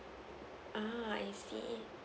uh I see